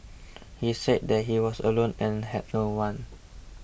he said that he was alone and had no one